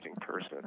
person